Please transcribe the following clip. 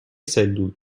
سلول